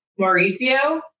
Mauricio